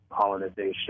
colonization